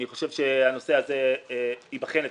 אני חושב שהנושא הזה ייבחן אצלנו,